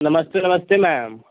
नमस्ते नमस्ते मैम